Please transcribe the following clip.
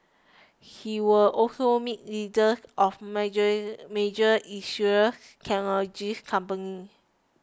he will also meet leaders of major major Israeli technology companies